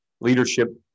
leadership